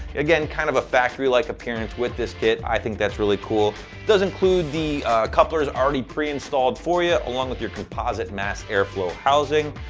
again kind of a factory-like appearance with this kit. i think that's really cool. it does include the couplers already preinstalled for you along with your composite mass airflow housing.